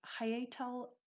hiatal